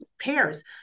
pairs